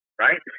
right